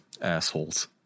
Assholes